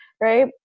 right